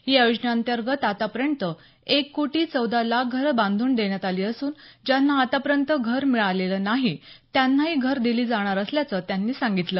या योजनेंतर्गत आतापर्यंत एक कोटी चौदा लाख घरं बांधून देण्यात आली असून ज्यांना आतापर्यंत घर मिळालेलं नाही त्यांनाही घरं दिली जाणार असल्याचं त्यांनी सांगितलं